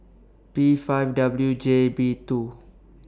P five W J B two